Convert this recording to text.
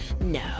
No